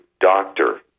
doctor